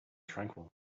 tranquil